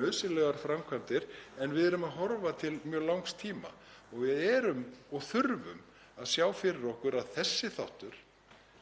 nauðsynlegar framkvæmdir. En við erum að horfa til mjög langs tíma og við þurfum að sjá fyrir okkur að þessi þáttur,